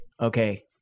Okay